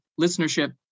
listenership